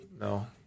No